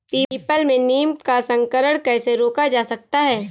People में नीम का संकरण कैसे रोका जा सकता है?